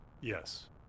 yes